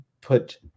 put